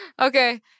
Okay